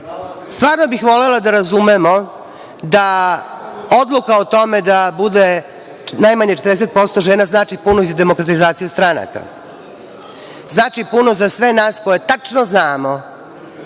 bih volela da razumemo da odluka o tome da bude najmanje 40% žena, znači punu izdemokratizaciju stranaka. Znači puno za sve nas koje tačno znamo